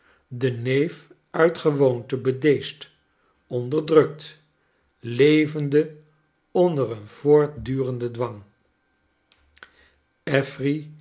de neef uit gewoonte bedeesd onderdrukt levende onder een voortdurenden dwang